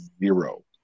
Zero